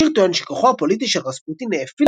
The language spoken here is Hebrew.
השיר טוען שכוחו הפוליטי של רספוטין האפיל